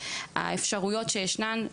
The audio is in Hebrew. היכולות הטכנולוגיות, עם האפשרויות שישנן.